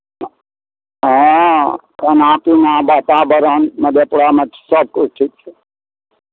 हँ खाना पीना वातावरण मधेपुरामे सभकिछु ठीक छै